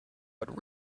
but